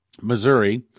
Missouri